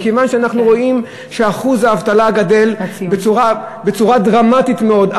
מכיוון שאנחנו רואים שאחוז האבטלה גדל בצורה דרמטית מאוד,